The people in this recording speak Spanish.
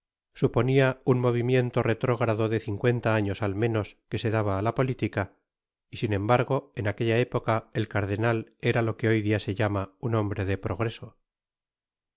suponia un movimiento retrógrado de cincuenta años at menos que se dabaá la politica y sin embargu en aquella época el cardenal era lo que hoy dia se tlama un hombre de progreso y